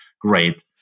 great